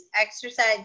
exercise